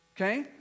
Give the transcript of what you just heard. Okay